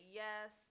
yes